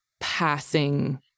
passing